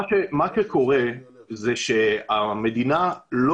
מה שקורה זה שהמדינה לא